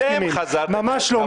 אתם חזרתם בכם -- ממש לא,